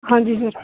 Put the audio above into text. ਹਾਂਜੀ ਸਰ